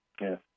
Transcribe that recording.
Yes